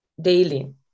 Daily